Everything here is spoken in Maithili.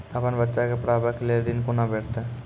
अपन बच्चा के पढाबै के लेल ऋण कुना भेंटते?